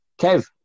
Kev